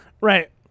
Right